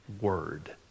word